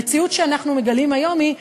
המציאות שאנחנו מגלים היום היא,